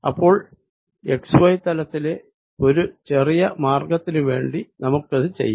അപ്പോൾ x y തലത്തിലെ ഒരു ചെറിയ മാർഗ്ഗത്തിനു വേണ്ടി നമുക്കിത് ചെയ്യാം